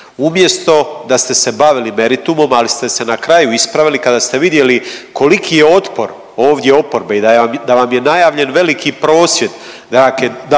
umjesto da ste se bavili meritumom, ali ste se na kraju ispravili kada ste vidjeli koliki je otpor ovdje oporbe i da vam je najavljen veliki prosvjed